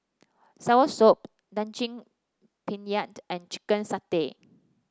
soursop Daging Penyet and Chicken Satay